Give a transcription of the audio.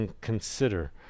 consider